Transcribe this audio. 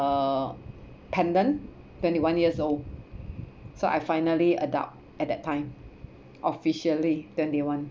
uh pendant twenty one years old so I finally adult at that time officially twenty one